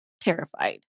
terrified